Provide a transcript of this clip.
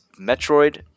Metroid